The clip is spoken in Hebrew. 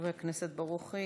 חברי הכנסת ברוכי.